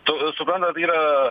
tu suprantat yra